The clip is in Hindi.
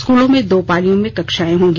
स्कूलों में दो पालियों में कक्षाएं होंगी